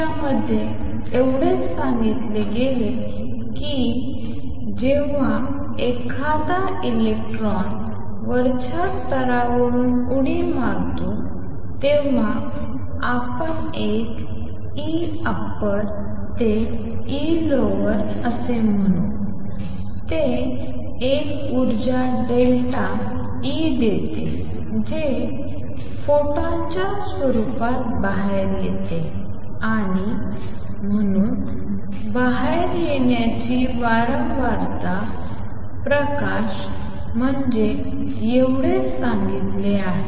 या मध्ये एवढेच सांगितले गेले आहे की जेव्हा एखादा इलेक्ट्रॉन वरच्या स्तरावरून उडी मारतो तेव्हा आपण एक Eupper ते Elower असे म्हणू ते एक ऊर्जा डेल्टा E देते जे फोटॉनच्या स्वरूपात बाहेर येते आणि म्हणून बाहेर येण्याची वारंवारता प्रकाश म्हणजे h एवढेच सांगितले आहे